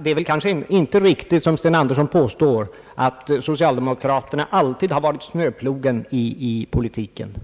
Det är kanske inte heller riktigt som herr Sten Andersson påstår, att socialdemokraterna alltid varit snöplogen i politiken.